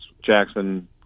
Jackson